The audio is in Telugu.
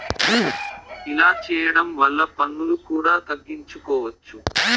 ఇలా చేయడం వల్ల పన్నులు కూడా తగ్గించుకోవచ్చు